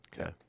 Okay